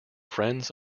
friends